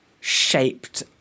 shaped